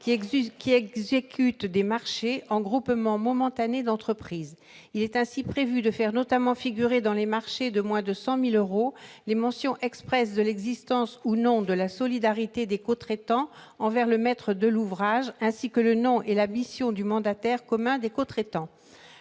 qui exécutent des marchés en groupement momentané d'entreprises. Il est ainsi prévu, notamment, de faire figurer dans les marchés de moins de 100 000 euros les mentions expresses de l'existence ou non de la solidarité des cotraitants envers le maître d'ouvrage, ainsi que du nom et de la mission du mandataire commun des cotraitants.